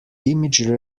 image